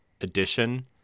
addition